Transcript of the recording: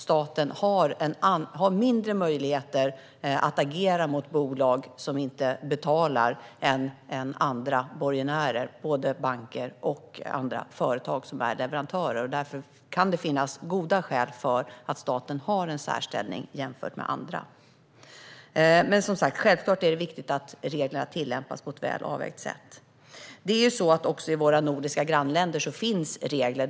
Staten har mindre möjlighet att agera mot bolag som inte betalar än andra borgenärer såsom banker och andra företag som är leverantörer. Därför kan det finnas goda skäl för att staten ska ha en särställning jämfört med andra. Självklart är det viktigt att reglerna tillämpas på ett väl avvägt sätt. Våra nordiska grannländer har också regler.